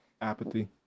Apathy